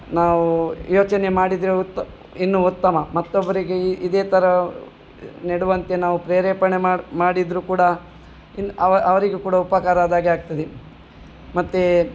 ನಾವು ಯೋಚನೆ ಮಾಡಿದರೆ ಉತ್ತ ಇನ್ನು ಉತ್ತಮ ಮತ್ತೊಬ್ಬರಿಗೆ ಇದೇ ಥರ ನೆಡುವಂತೆ ನಾವು ಪ್ರೇರೇಪಣೆ ಮಾಡಿದರೂ ಕೂಡ ಇನ್ನು ಅವರಿಗೂ ಕೂಡ ಉಪಕಾರ ಆದಾಗೆ ಆಗ್ತದೆ ಮತ್ತು